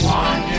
one